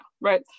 right